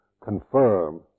confirm